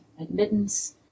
admittance